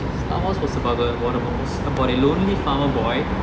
star wars was about a about a lonely farmer boy